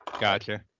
Gotcha